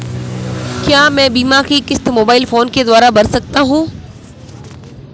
क्या मैं बीमा की किश्त मोबाइल फोन के द्वारा भर सकता हूं?